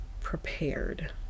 prepared